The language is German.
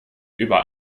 über